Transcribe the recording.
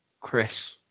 Chris